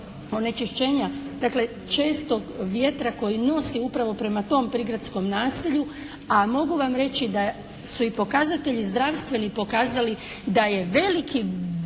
onečišćenja dakle čestog vjetra koji nosi upravo prema tom prigradskom naselju, a mogu vam reći da su i pokazatelji zdravstveni pokazali da je veliki